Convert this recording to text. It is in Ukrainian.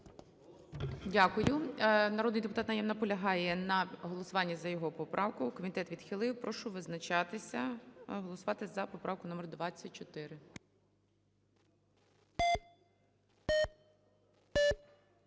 Дякую. Народний депутат Найєм наполягає на голосуванні за його поправку. Комітет відхилив. Прошу визначатися. Голосувати за поправку номер 24.